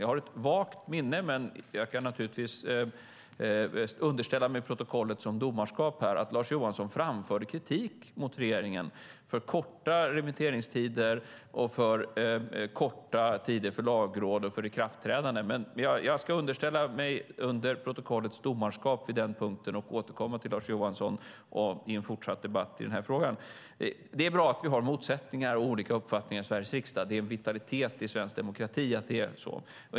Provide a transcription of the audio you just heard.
Jag har ett vagt minne - men jag kan naturligtvis underställa mig protokollet som domarskap - av att Lars Johansson framförde kritik mot regeringen för korta remitteringstider och för korta tider för lagråd och ikraftträdande. Men jag ska alltså underställa mig protokollets domarskap på denna punkt och återkomma till Lars Johansson i en fortsatt debatt i frågan. Det är bra att vi har motsättningar och olika uppfattningar i Sveriges riksdag. Det är en vitalitet i svensk demokrati att det är så.